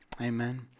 Amen